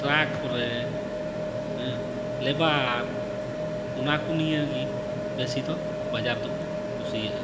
truck ᱠᱚᱨᱮ ᱦᱮᱸ labour ᱚᱱᱟ ᱠᱚ ᱱᱤᱭᱟᱹᱜᱮ ᱵᱮᱥᱤ ᱫᱚᱠᱚ ᱵᱟᱡᱟᱨ ᱫᱚᱠᱚ ᱠᱩᱥᱤᱭᱟᱜᱼᱟ